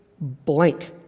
blank